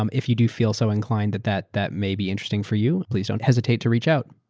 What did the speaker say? um if you do feel so inclined that that that may be interesting for you, please don't hesitate to reach out.